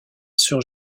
sur